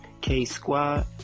K-Squad